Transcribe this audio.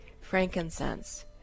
frankincense